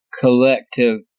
collective